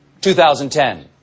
2010